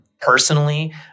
personally